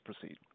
proceed